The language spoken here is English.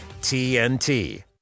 TNT